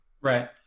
right